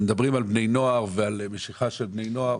כאשר מדברים על בני נוער ועל משיכה של בני נוער,